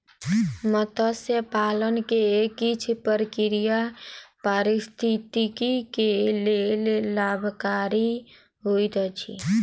मत्स्य पालन के किछ प्रक्रिया पारिस्थितिकी के लेल लाभकारी होइत अछि